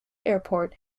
airport